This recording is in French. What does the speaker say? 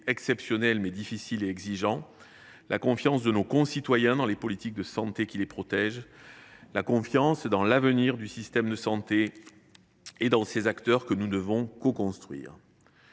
exceptionnels, mais difficiles et exigeants ; la confiance de nos concitoyens dans les politiques de santé qui les protègent ; la confiance dans l’avenir du système de santé et dans ses acteurs, avec lesquels nous devons le coconstruire.